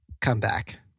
comeback